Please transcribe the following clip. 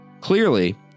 Clearly